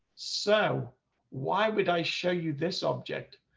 so why would i show you this object.